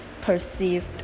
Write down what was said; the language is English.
perceived